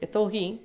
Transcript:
यतो हि